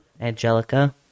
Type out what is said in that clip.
angelica